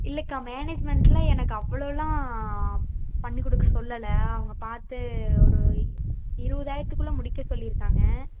இல்லைக்கா மேனேஜ்மென்டில் எனக்கு அவ்வளோலா பண்ணி கொடுக்க சொல்லலை அவங்க பார்த்து ஒரு இருபதாயிரத்துக்குள்ள முடிக்க சொல்லியிருக்காங்க